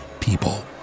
people